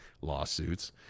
Lawsuits